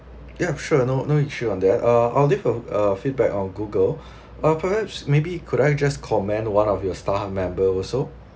ya sure no no issue on that err I'll leave uh a feedback on google uh perhaps maybe could I just commend one of your staff member also